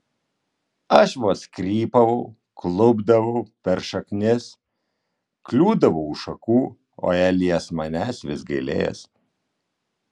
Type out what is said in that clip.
aš vos krypavau klupdavau per šaknis kliūdavau už šakų o elijas manęs vis gailėjosi